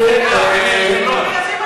זה קשור לאופוזיציה קואליציה?